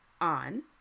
on